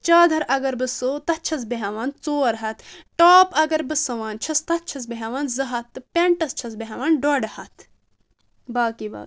چادر اگر بہٕ سُوٕ تتھ چھس بہٕ ہٮ۪وان ژور ہتھ ٹاپ اگر بہٕ سُوان چھس تتھ چھس بہٕ ہٮ۪وان زٕ ہتھ تہٕ پٮ۪نٹس چھس بہٕ ہٮ۪وان ڈۄڈٕ ہتھ باقٕے باقٕے